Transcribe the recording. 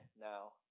now